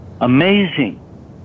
Amazing